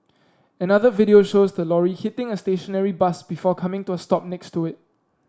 another video shows the lorry hitting a stationary bus before coming to a stop next to it